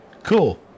Cool